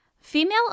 Female